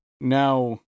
Now